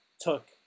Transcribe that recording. took